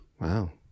Wow